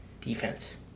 defense